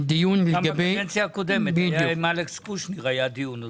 גם בקדנציה הקודמת עם אלכס קושניר היה דיון בזה.